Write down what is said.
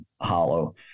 hollow